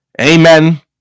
Amen